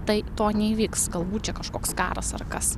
tai to neįvyks galbūt čia kažkoks karas ar kas